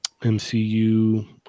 mcu